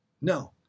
No